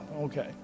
Okay